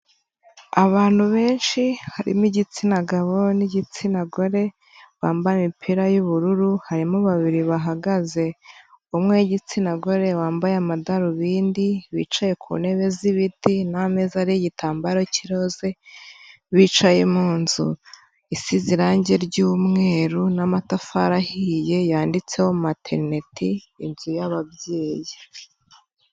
Abantu benshi harimo igitsina gabo n'igitsina gore bambaye imipira y'ubururu harimo babiri bahagaze, umwe w'igitsina gore wambaye amadarubindi bicaye ku ntebe z'ibiti n'ameza ariho igitambaro k'iroze bicaye mu nzu isize irangi ry'umweru n'amatafari ahiye yanditseho materneti inzu yababyeyi.